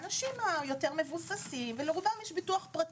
האנשים היותר מבוססים ולרובם יש ביטוח פרטי,